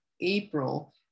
April